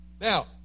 Now